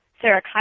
Sarah